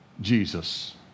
Jesus